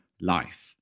life